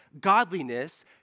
godliness